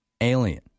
alien